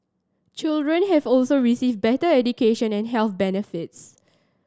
children here also receive better education and health benefits